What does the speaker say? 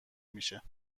میشه